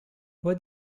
what